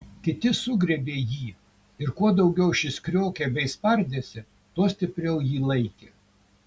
kiti sugriebė jį ir kuo daugiau šis kriokė bei spardėsi tuo stipriau jį laikė